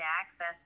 access